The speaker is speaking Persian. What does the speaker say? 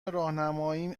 راهنماییم